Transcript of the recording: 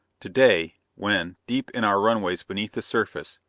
to-day, when, deep in our runways beneath the surface,